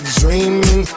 dreaming